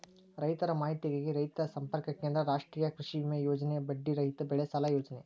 ರೈತರ ಮಾಹಿತಿಗಾಗಿ ರೈತ ಸಂಪರ್ಕ ಕೇಂದ್ರ, ರಾಷ್ಟ್ರೇಯ ಕೃಷಿವಿಮೆ ಯೋಜನೆ, ಬಡ್ಡಿ ರಹಿತ ಬೆಳೆಸಾಲ ಯೋಜನೆ